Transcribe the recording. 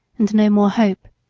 and no more hope